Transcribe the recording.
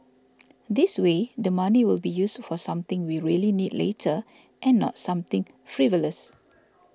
this way the money will be used for something we really need later and not something frivolous